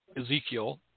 Ezekiel